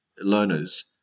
learners